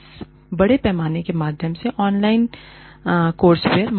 इस बड़े पैमाने के माध्यम से ऑनलाइन खलें कोर्सवेयर